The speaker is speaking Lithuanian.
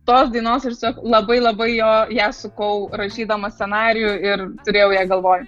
tos dainos ir sak labai labai jo ją sukau rašydamas scenarijų ir turėjau ją galvoj